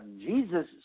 Jesus